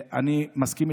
כמו שהיה